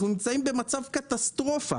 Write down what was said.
אנחנו נמצאים במצב קטסטרופה